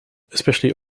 especially